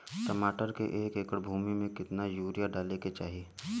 टमाटर के एक एकड़ भूमि मे कितना यूरिया डाले के चाही?